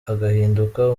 agahinduka